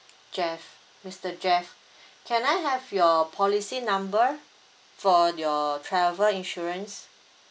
jeff mister jeff can I have your policy number for your travel insurance